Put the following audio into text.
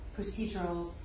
procedurals